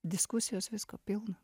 diskusijos visko pilna